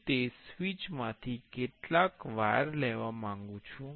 હું તે સ્વીચ માંથી કેટલાક વાયર લેવા માંગુ છું